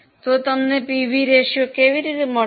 તો તમને PV ratio કેવી રીતે મળશે